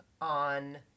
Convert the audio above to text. on